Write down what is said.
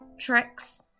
tricks